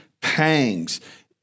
pangs